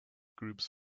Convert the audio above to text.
groups